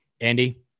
Andy